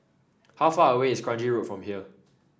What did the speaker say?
how far away is Kranji Road from here